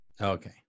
Okay